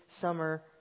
summer